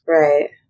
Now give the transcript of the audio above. Right